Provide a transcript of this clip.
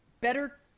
better